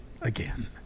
again